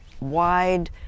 wide